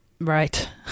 Right